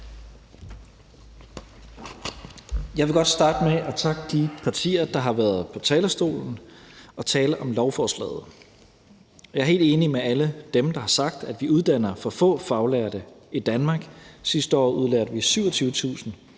Jeg vil godt starte med at takke de partier, der har været på talerstolen og tale om lovforslaget. Jeg er helt enig med alle dem, der har sagt, at vi uddanner for få faglærte i Danmark. Sidste år udlærte vi 27.000,